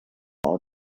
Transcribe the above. all